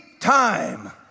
time